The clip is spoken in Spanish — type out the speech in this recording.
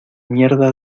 mierda